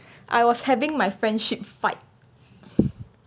I was having my friendship fight